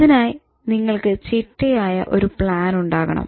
അതിനായി നിങ്ങൾക്ക് ചിട്ടയായ ഒരു പ്ലാൻ ഉണ്ടാകണം